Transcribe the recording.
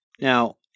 Now